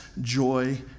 joy